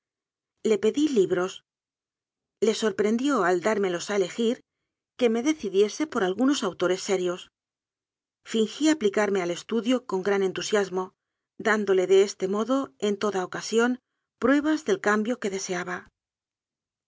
le pedí libros le sorprendió al dármelos a elegir que me decidiese por algunos autores serios fingí aplicarme al estudio con gran entusiasmo dándole de este modo en toda ocasión pruebas del cambio que deseaba